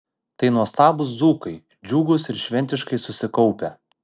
tai nuostabūs dzūkai džiugūs ir šventiškai susikaupę